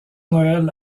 noël